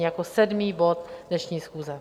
Jako sedmý bod dnešní schůze.